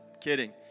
Kidding